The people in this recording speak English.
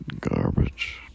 garbage